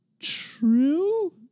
true